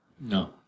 No